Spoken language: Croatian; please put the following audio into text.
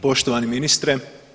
Poštovani ministre.